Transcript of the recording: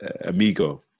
amigo